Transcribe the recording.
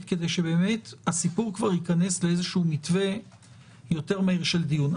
כדי שבאמת הסיפור כבר יכנס לאיזשהו מתווה יותר מהיר של דיון.